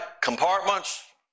compartments